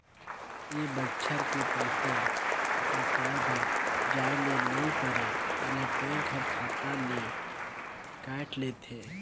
ए बच्छर के पइसा पटाये बर जाये ले नई परे ऐला बेंक हर खाता ले कायट लेथे